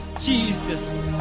Jesus